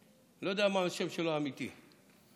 אני לא יודע מה השם האמיתי שלו,